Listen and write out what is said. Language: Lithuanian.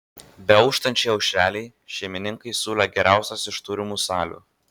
beauštančiai aušrelei šeimininkai siūlė geriausias iš turimų salių